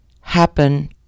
happen